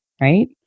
Right